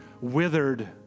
withered